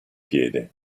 piede